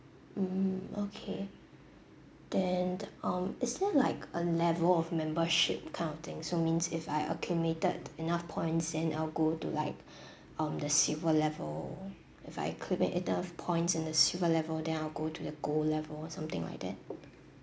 mm okay then um is there like a level of membership kind of thing so means if I accumulated enough points then I'll go to like um the silver level if I accumulate enough points in the silver level then I'll go to the gold level or something like that